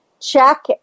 check